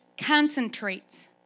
concentrates